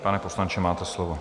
Pane poslanče, máte slovo.